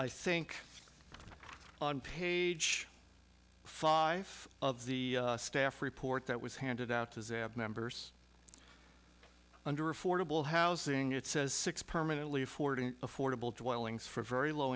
i think on page five of the staff report that was handed out to members under affordable housing it says six permanently afford an affordable dwellings for very low